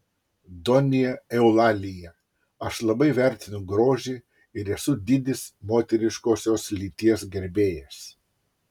donja eulalija aš labai vertinu grožį ir esu didis moteriškosios lyties gerbėjas